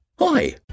Hi